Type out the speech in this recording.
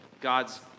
God's